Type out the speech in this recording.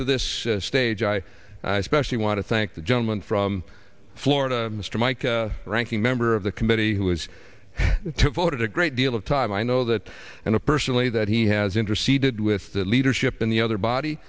to this stage i especially want to thank the gentleman from florida mr mica ranking member of the committee who has voted a great deal of time i know that and i personally that he has interest ceded with the leadership in the other body